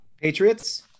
Patriots